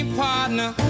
partner